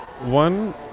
One